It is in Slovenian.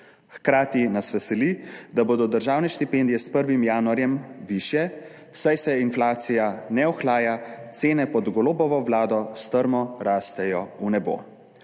Hkrati nas veseli, da bodo državne štipendije s 1. januarjem višje, saj se inflacija ne ohlaja, cene pod Golobovo vlado strmo rastejo v nebo.